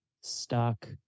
stuck